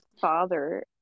father